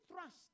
thrust